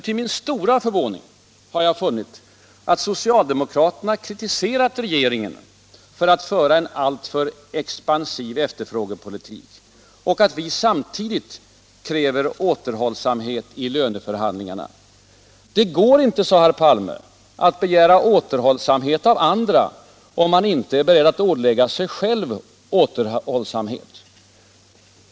Till min stora förvåning har jag funnit att socialdemokraterna kritiserat regeringen för att föra en alltför expansiv efterfrågepolitik och samtidigt kräva återhållsamhet i löneförhandlingarna. Det går inte, sade herr Palme, att begära återhållsamhet av andra om man inte är beredd att ålägga sig själv återhållsamhet.